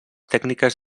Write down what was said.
tècniques